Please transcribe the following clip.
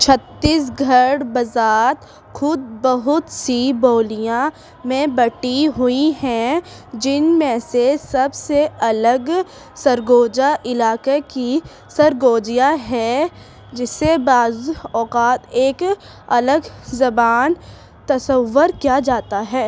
چھتیس گڑھ بذاتِ خود بہت سی بولیاں میں بٹی ہوئی ہیں جن میں سے سب سے الگ سرگوجا علاقے کی سرگوجیا ہے جسے بعض اوقات ایک الگ زبان تصور کیا جاتا ہے